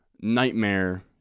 nightmare